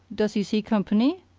does he see company?